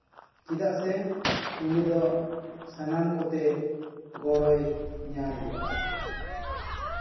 ᱪᱮᱫᱟᱜ ᱥᱮ ᱩᱱᱤ ᱫᱚ ᱥᱟᱱᱟᱢ ᱠᱚᱛᱮ ᱜᱚᱲᱚᱭ ᱧᱟᱢᱟ